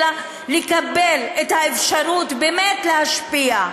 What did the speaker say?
אלא לקבל את האפשרות באמת להשפיע,